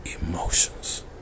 emotions